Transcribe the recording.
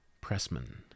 Pressman